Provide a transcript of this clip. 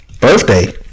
birthday